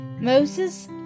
Moses